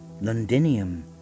Londinium